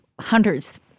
hundreds